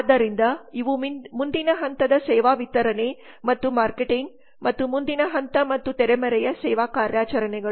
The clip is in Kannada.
ಆದ್ದರಿಂದ ಇವು ಮುಂದಿನ ಹಂತದ ಸೇವಾ ವಿತರಣೆ ಮತ್ತು ಮಾರ್ಕೆಟಿಂಗ್ ಮತ್ತು ಮುಂದಿನ ಹಂತ ಮತ್ತು ತೆರೆಮರೆಯ ಸೇವಾ ಕಾರ್ಯಾಚರಣೆಗಳು